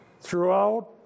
Throughout